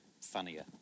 funnier